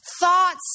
thoughts